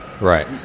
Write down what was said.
right